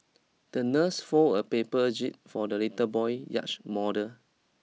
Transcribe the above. the nurse folded a paper jib for the little boy yacht model